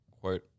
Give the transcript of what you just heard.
quote